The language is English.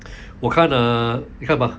我看 err 你看什么